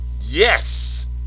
Yes